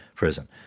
prison